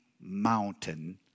mountain